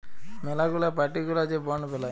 ম্যালা গুলা পার্টি গুলা যে বন্ড বেলায়